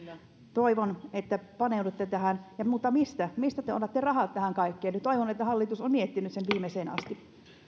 toivon että paneudutte tähän mutta mistä mistä te otatte rahat tähän kaikkeen toivon että hallitus on miettinyt sen viimeiseen asti